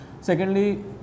secondly